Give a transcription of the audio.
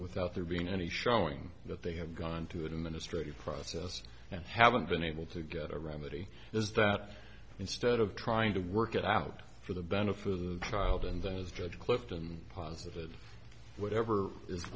without there being any showing that they have gone through that in a straight process and haven't been able to get around that he is that instead of trying to work it out for the benefit of the child and that is judge clifton posited whatever is